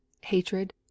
hatred